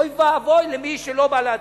אוי ואבוי למי שלא בא להצביע.